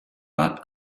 but